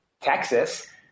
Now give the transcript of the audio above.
Texas